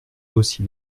aussi